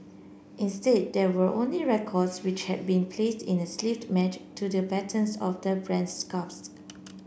instead there were only records which had been placed in the sleeves matched to the patterns of the brand's scarves